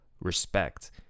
respect